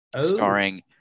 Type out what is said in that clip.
starring